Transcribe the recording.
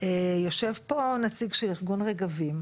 יושב פה נציג של ארגון "רגבים"